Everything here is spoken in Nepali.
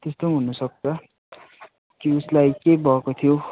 त्यस्तो पनि हुनुसक्छ कि उसलाई के भएको थियो